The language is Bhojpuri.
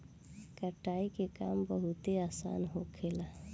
कटाई के काम बहुत आसान होखेला